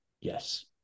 Yes